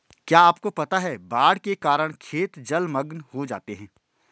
क्या आपको पता है बाढ़ के कारण खेत जलमग्न हो जाते हैं?